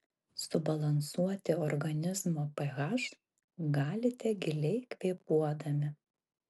subalansuoti organizmo ph galite giliai kvėpuodami